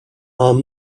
are